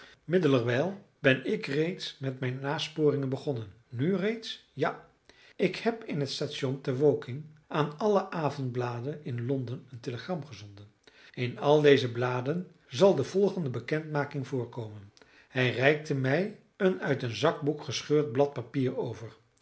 middelerwijl ben ik reeds met mijn nasporingen begonnen nu reeds ja ik heb in het station te woking aan alle avondbladen in londen een telegram gezonden in al deze bladen zal de volgende bekendmaking voorkomen hij reikte mij een uit een zakboek gescheurd blad papier over